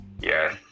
yes